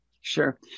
Sure